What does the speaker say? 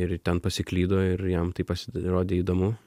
ir ten pasiklydo ir jam tai pasirodė įdomu